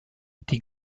die